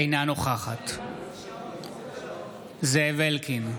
אינה נוכחת זאב אלקין,